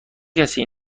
کسی